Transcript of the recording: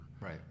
right